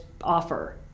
offer